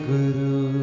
Guru